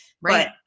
right